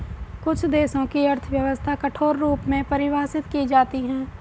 कुछ देशों की अर्थव्यवस्था कठोर रूप में परिभाषित की जाती हैं